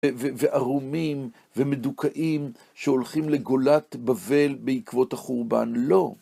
וערומים ומדוכאים שהולכים לגולת בבל בעקבות החורבן, לא.